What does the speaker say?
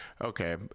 okay